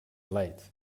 late